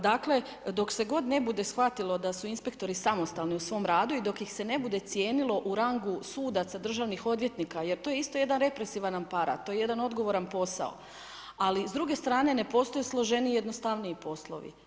Dakle, dok se god ne bude shvatilo da su inspektori samostalni u svom radu, i dok ih se ne bude cijenilo u rangu sudaca, državnih odvjetnika, jer to je isto jedan represivan aparat, to je jedan odgovoran posao, ali s druge strane ne postoje složeniji i jednostavni poslovi.